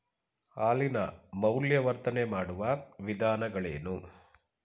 ಹಾಲಿನ ಮೌಲ್ಯವರ್ಧನೆ ಮಾಡುವ ವಿಧಾನಗಳೇನು?